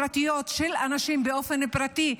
פרטיות של אנשים באופן פרטי,